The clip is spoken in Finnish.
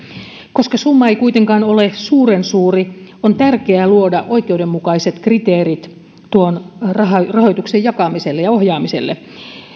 koska summa ei kuitenkaan ole suuren suuri on tärkeää luoda oikeudenmukaiset kriteerit tuon rahoituksen jakamiselle ja ohjaamiselle